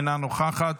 אינה נוכחת,